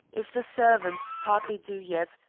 if the servants, hardly due yet,